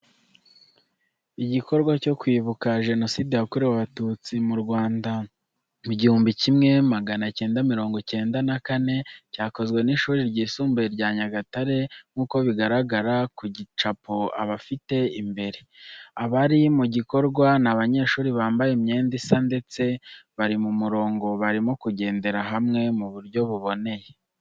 Igikorwa cyo kwibuka Jenoside yakorewe abatutsi mu Rwanda mu gihumbi kimwe magana cyenda mirongo icyenda na kane cyakozwe n'ishuri ryisumbuye rya Nyagatare nk’uko bigaragara ku gicapo abafite imbere. Abari mu gikorwa ni abanyeshuri bambaye imyenda isa ndetse bari mu murongo barimo kugendera hamwe mu buryo buboneye.